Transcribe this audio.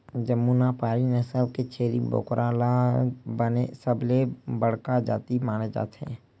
जमुनापारी नसल के छेरी बोकरा ल सबले बड़का जाति माने जाथे